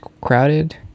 crowded